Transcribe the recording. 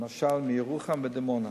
למשל, מירוחם ודימונה,